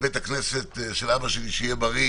בבית הכנסת של אבי שיהיה בריא